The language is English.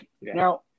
Now